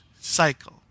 cycle